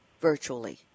virtually